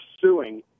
suing